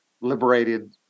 liberated